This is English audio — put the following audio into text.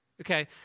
okay